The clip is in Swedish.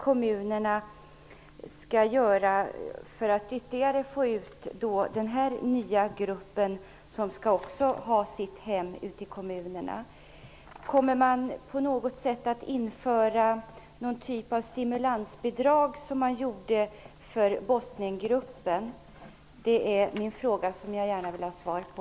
Kommer man att införa någon typ av stimulansbidrag, som man gjorde för Bosniengruppen? Den frågan vill jag gärna ha svar på.